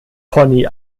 pony